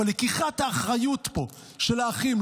אבל לקיחת האחריות פה של האחים,